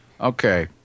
okay